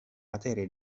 materia